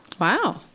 Wow